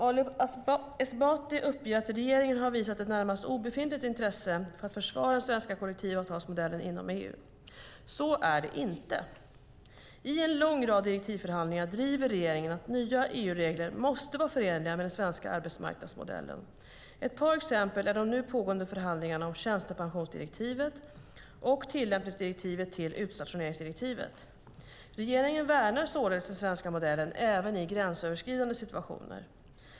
Ali Esbati uppger att regeringen har visat ett närmast obefintligt intresse för att försvara den svenska kollektivavtalsmodellen inom EU. Så är inte fallet. I en lång rad direktivförhandlingar driver regeringen att nya EU-regler måste vara förenliga med den svenska arbetsmarknadsmodellen. Ett par exempel är de nu pågående förhandlingarna om tjänstepensionsdirektivet och tillämpningsdirektiv till utstationeringsdirektivet. Regeringen värnar således den svenska modellen, även i gränsöverskridande situationer.